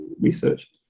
research